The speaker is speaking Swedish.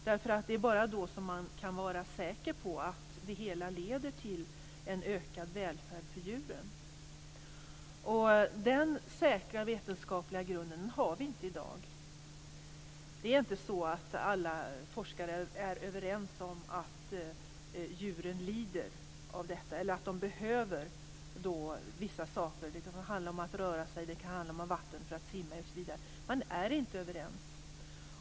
Det är bara då som man kan vara säker på att det hela leder till en ökad välfärd för djuren. Denna säkra vetenskapliga grund har vi inte i dag. Alla forskare är inte överens om att djuren lider eller att de behöver vissa saker. Det kan handla om utrymme för att röra sig, vatten att simma i osv. Man är inte överens.